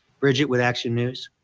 bridget what action news.